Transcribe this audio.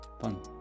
Fun